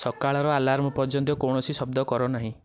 ସକାଳର ଆଲାର୍ମ ପର୍ଯ୍ୟନ୍ତ କୌଣସି ଶବ୍ଦ କର ନାହିଁ